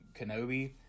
kenobi